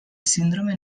síndrome